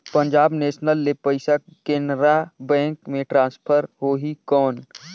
Punjab national ले पइसा Canara bank मे ट्रांसफर होहि कौन?